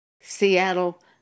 Seattle